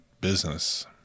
business